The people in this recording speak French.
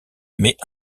met